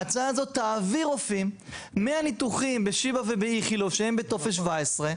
ההצעה הזאת תעביר רופאים מהניתוחים בשיבא ובאיכילוב שהם בטופס 17,